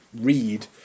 read